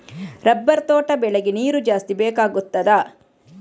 Rubber ತೋಟ ಬೆಳೆಗೆ ನೀರು ಜಾಸ್ತಿ ಬೇಕಾಗುತ್ತದಾ?